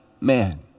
man